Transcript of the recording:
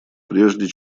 прежде